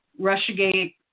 Russiagate